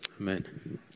Amen